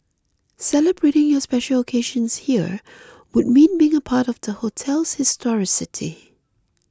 celebrating your special occasions here would mean being a part of the hotel's historicity